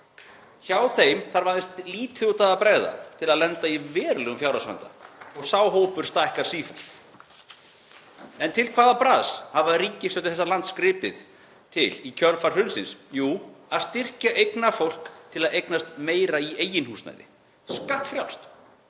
Hjá þeim þarf lítið út af að bregða til að þau lendi í verulegum fjárhagsvanda og sá hópur stækkar sífellt. En til hvaða bragðs hafa ríkisstjórnir þessa lands gripið í kjölfar hrunsins? Jú, að styrkja eignafólk til að eignast meira í eigin húsnæði, skattfrjálst.